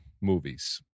movies